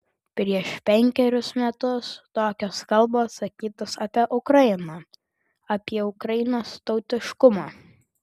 prieš penkerius metus tokios kalbos sakytos apie ukrainą apie ukrainos tautiškumą